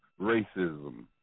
racism